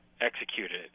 executed